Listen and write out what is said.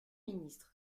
ministre